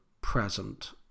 present